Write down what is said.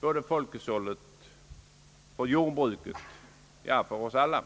både för folkhushållet och för jordbruket, liksom för oss alla.